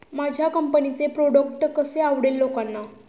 माझ्या कंपनीचे प्रॉडक्ट कसे आवडेल लोकांना?